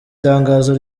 tangazo